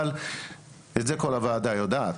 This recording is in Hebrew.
את זה כל הוועדה יודעת.